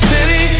City